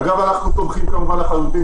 אנו תומכים לחלוטין